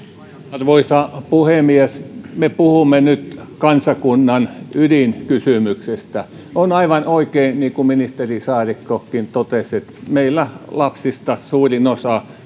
arvoisa puhemies me puhumme nyt kansakunnan ydinkysymyksestä on aivan oikein niin kuin ministeri saarikkokin totesi että meillä lapsista suurin osa